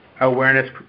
awareness